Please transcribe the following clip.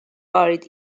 buried